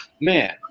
man